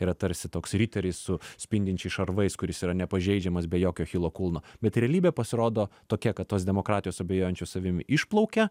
yra tarsi toks riteris su spindinčiais šarvais kuris yra nepažeidžiamas be jokio achilo kulno bet realybė pasirodo tokia kad tos demokratijos abejojančios savimi išplaukia